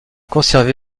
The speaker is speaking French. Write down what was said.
conservé